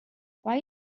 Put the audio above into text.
why